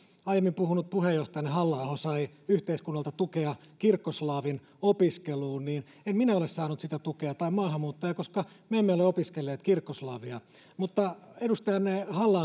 aiemmin puhunut puheenjohtajanne halla aho sai yhteiskunnalta tukea kirkkoslaavin opiskeluun niin en minä ole saanut sitä tukea tai maahanmuuttaja koska me emme ole opiskelleet kirkkoslaavia mutta edustajanne halla